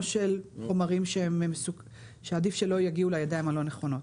של חומרים שעדיף שלא יגיעו לידיים הלא נכונות,